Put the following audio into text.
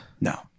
no